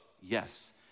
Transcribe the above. Yes